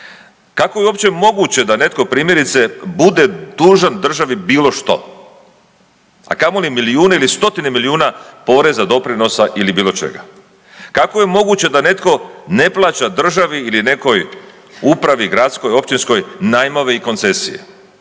Kako je opće moguće da netko primjerice bude dužan državi bilo što? A kamo li milijune ili stotine milijuna poreza, doprinosa ili bilo čega. Kako je moguće da netko ne plaća državi ili nekoj upravi gradskoj, općinskoj, najmove i koncesije?